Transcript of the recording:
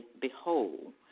Behold